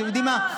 לא,